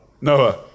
Noah